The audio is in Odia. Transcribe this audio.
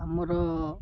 ଆମର